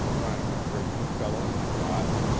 trying to bring you fellows to god?